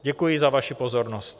Děkuji za vaši pozornost.